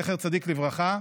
זכר צדיק לברכה,